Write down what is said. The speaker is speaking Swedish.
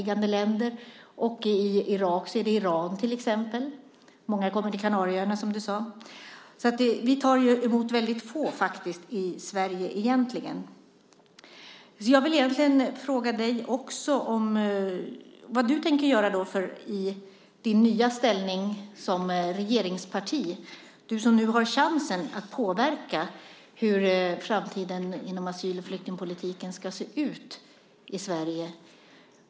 När det gäller flyktingar från Irak är det Iran som tar emot flest. Och många kommer till Kanarieöarna, som du sade. Vi tar egentligen emot mycket få i Sverige. Jag vill fråga dig vad du tänker göra när ni nu är i ställning som regeringsparti. Du har nu chansen att påverka hur framtiden i asyl och flyktingpolitiken ska se ut i Sverige.